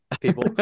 people